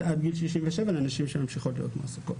עד גיל 67 לנשים שממשיכות להיות מועסקות.